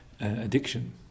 addiction